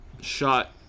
Shot